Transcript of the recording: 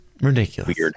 ridiculous